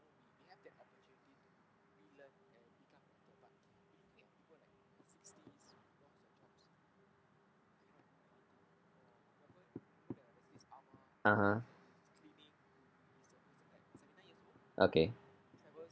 (uh huh) okay